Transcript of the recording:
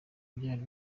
byari